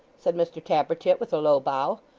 said mr tappertit with a low bow,